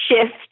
shift